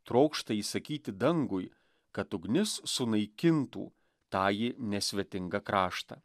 trokšta įsakyti dangui kad ugnis sunaikintų tąjį nesvetingą kraštą